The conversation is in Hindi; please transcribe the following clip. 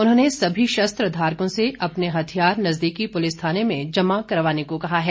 उन्होंने सभी शस्त्र धारकों से अपने हथियार नजदीकी पुलिस थाने में जमा करवाने को कहा है